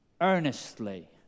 earnestly